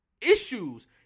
issues